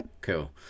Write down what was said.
cool